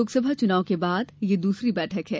लोकसभा चुनाव के बाद ये दूसरी बैठक है